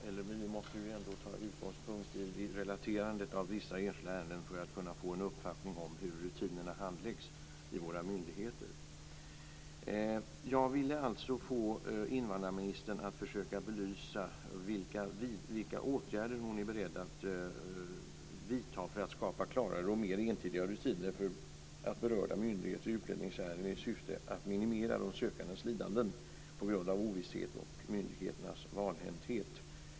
Fru talman! Vi måste ändå ta utgångspunkt i relaterandet av vissa enskilda ärenden för att kunna få en uppfattning om hur rutinerna handläggs i våra myndigheter. Jag ville alltså få invandrarministern att försöka belysa vilka åtgärder hon är beredd att vidta för att skapa klarare och mer entydiga rutiner för berörda myndigheter i utlänningsärenden i syfte att minimera de sökandes lidanden på grund av ovisshet och myndigheternas valhänthet.